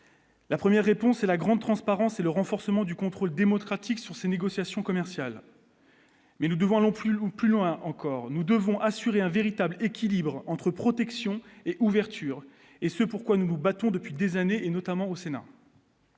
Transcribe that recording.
la première réponse et la grande transparence et le renforcement du contrôle démocratique sur ces négociations commerciales, mais nous devons, allons plus loin, plus loin encore, nous devons assurer un véritable équilibre entre protection et ouverture et ce pourquoi nous nous battons depuis des années et notamment au Sénat.